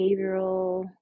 behavioral